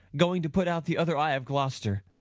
going to put out the other eye of gloster.